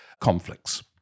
conflicts